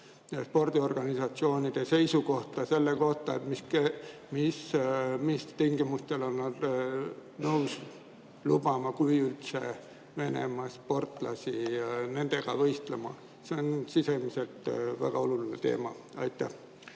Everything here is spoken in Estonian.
ja spordiorganisatsioonide seisukohta selle kohta, mis tingimustel on nad nõus lubama, kui üldse, Venemaa sportlasi nendega võistlema. See on sisuliselt väga oluline teema. Aitäh!